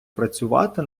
працювати